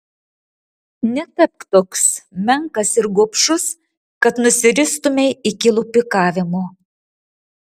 netapk toks menkas ir gobšus kad nusiristumei iki lupikavimo